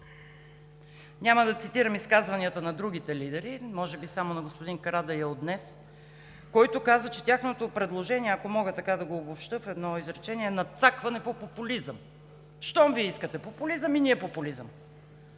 Няма да цитирам изказванията на другите лидери, може би само на господин Карадайъ от днес, който каза, че тяхното предложение, ако мога така да го обобщя в едно изречение, е надцакване по популизъм. Щом Вие искате популизъм, и ние – популизъм.